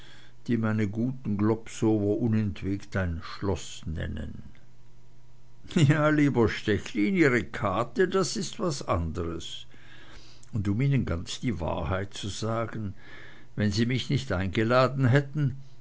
die meine guten globsower unentwegt ein schloß nennen ja lieber stechlin ihre kate das ist was andres und um ihnen ganz die wahrheit zu sagen wenn sie mich nicht eingeladen hätten